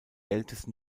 ältesten